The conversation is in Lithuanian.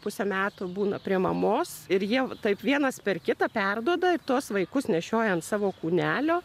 pusę metų būna prie mamos ir jie taip vienas per kitą perduoda tuos vaikus nešioja ant savo kūnelio